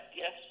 yes